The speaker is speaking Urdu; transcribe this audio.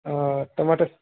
اور ٹماٹر